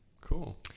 cool